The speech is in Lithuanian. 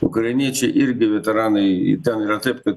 ukrainiečiai irgi veteranaiten yra taip kad